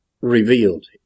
revealed